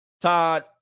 Todd